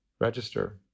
register